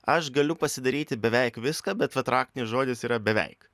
aš galiu pasidaryti beveik viską bet vat raktinis žodis yra beveik